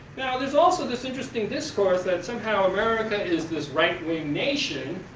now, there's also this interesting discourse that somehow america is this rightwing nation,